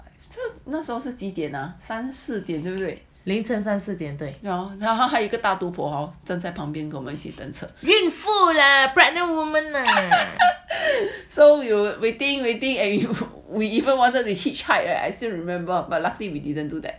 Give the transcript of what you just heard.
so 那时候几点 ah 三四点对不对然后还有一个大肚婆在旁边跟我们一起等车 so we were waiting waiting area we even wanted to hitchhike leh I still remember but luckily we didn't do that